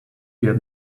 get